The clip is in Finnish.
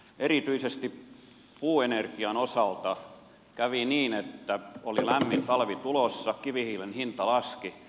erityisesti puuenergian osalta kävi niin että oli lämmin talvi tulossa kivihiilen hinta laski